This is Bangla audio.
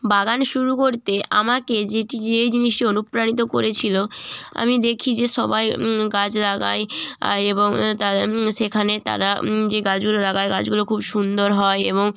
বাগান শুরু করতে আমাকে যেটি যেই জিনিসটি অনুপ্রাণিত করেছিলো আমি দেখি যে সবাই গাছ লাগাই আই এবং তা সেখানে তারা যে গাছগুলো লাগায় গাছগুলো খুব সুন্দর হয় এবং